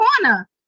corner